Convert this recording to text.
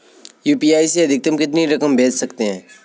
UPI से अधिकतम कितनी रकम भेज सकते हैं?